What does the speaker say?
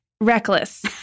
reckless